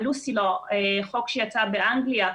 ה- -- חוק שיצא באנגליה,